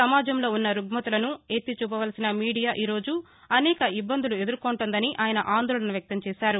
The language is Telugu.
సమాజంలో ఉన్న రుగ్మతలను ఎత్తిచూపవలసిన మీడియా ఈరోజు అనేక ఇబ్బందులు ఎదుర్కొంటోందని ఆయన అందోళన వ్యక్తంచేశారు